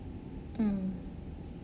mm